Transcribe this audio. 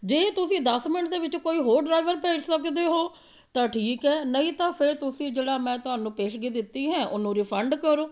ਜੇ ਤੁਸੀਂ ਦਸ ਮਿੰਟ ਦੇ ਵਿੱਚ ਕੋਈ ਹੋਰ ਡਰਾਈਵਰ ਭੇਜ ਸਕਦੇ ਹੋ ਤਾਂ ਠੀਕ ਹੈ ਨਹੀਂ ਤਾਂ ਫਿਰ ਤੁਸੀਂ ਜਿਹੜਾ ਮੈਂ ਤੁਹਾਨੂੰ ਪੇਸ਼ਗੀ ਦਿੱਤੀ ਹੈ ਉਹਨੂੰ ਰਿਫੰਡ ਕਰੋ